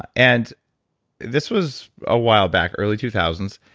and this was a while back, early two thousand s.